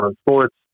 sports